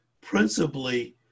Principally